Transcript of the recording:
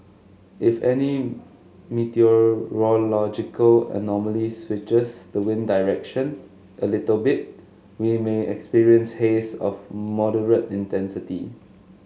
if any meteorological anomaly switches the wind direction a little bit we may experience haze of moderate intensity